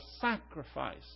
sacrifice